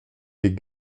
des